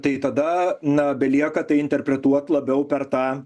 tai tada na belieka tai interpretuot labiau per tą